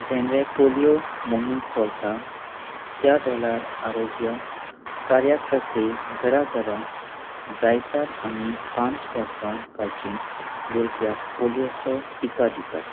जेणवे polio मोही चोलता त्या वेल्यार आरोग्या कार्याकर्ते घरा घरा जायतात आनी पांच वर्सां काची भुरग्याक पोलियोचो टिका दितात